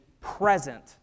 present